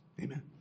Amen